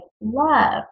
love